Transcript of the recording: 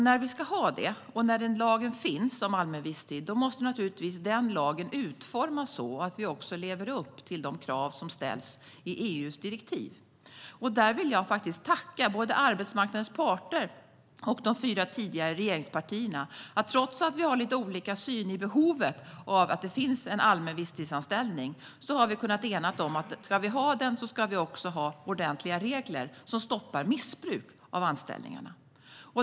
När lagen finns om allmän visstid måste naturligtvis den lagen utformas så att vi också lever upp till de krav som ställs i EU:s direktiv. Där vill jag tacka både arbetsmarknadens parter och de fyra tidigare regeringspartierna. Trots att vi har lite olika syn på behovet av allmän visstidsanställning har vi kunnat enas om att om den ska finnas ska det finnas ordentliga regler som stoppar missbruk av anställningarna.